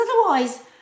otherwise